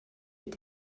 est